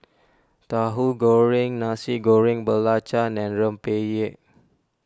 Tauhu Goreng Nasi Goreng Belacan and Rempeyek